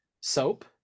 soap